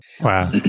Wow